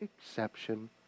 exception